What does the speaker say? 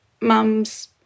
mum's